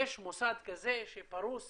אם יש מוסד כזה שפרוס